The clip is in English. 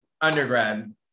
Undergrad